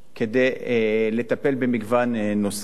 כדי לטפל במגוון נושאים.